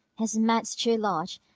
his mouth's too large.